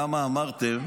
למה אמרתם